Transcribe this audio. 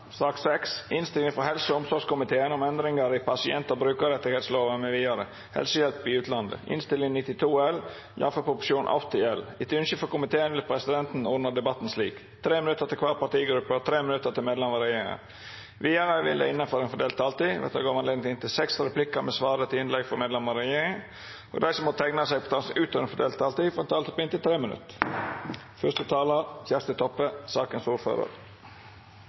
slik: 3 minutt til kvar partigruppe og 3 minutt til medlemmer av regjeringa. Vidare vil det – innanfor den fordelte taletida – verta gjeve høve til inntil seks replikkar med svar etter innlegg frå medlemmer av regjeringa, og dei som måtte teikna seg på talarlista utover den fordelte taletida, får ei taletid på inntil 3 minutt.